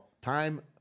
time